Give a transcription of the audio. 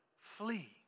Flee